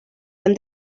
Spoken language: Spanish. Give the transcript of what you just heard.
han